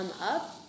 up